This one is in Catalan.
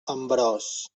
ambròs